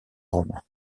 romain